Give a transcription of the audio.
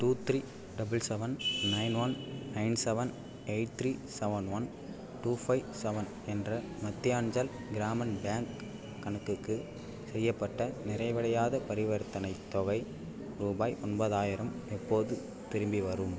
three double seven nine one nine seven eight three seven one two five seven என்ற Madhyanchal Gramin bank கணக்குக்கு செய்யப்பட்ட நிறைவடையாத பரிவர்த்தனைத் தொகை ரூபாய் ஒன்பதாயிரம் எப்போது திரும்பிவரும்